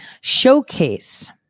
showcase